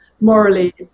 morally